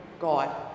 god